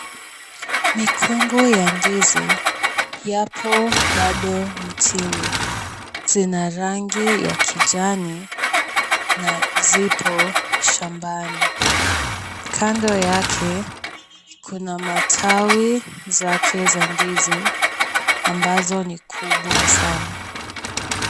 Migongo ya ndizi yapo bado mitini. Zina rangi ya kijani na zipo shambani. Kando yake kuna matawi zake za ndizi ambazo ni kubwa sana.